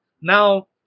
now